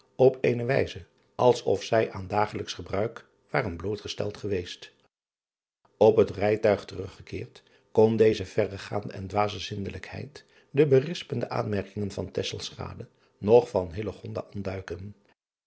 op eene wijze als of zij aan degelijksch gebruik waren blootgesteld geweest p het rijtuig teruggekeerd kon deze verregaande en dwaze zindelijkheid de berispende aanmerkingen van noch van ontduiken